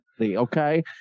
okay